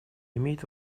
имеет